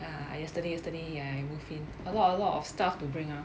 ya I yesterday yesterday I move in a lot a lot of stuff to bring ah